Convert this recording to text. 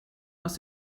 aus